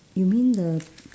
you mean the